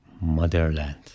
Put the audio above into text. motherland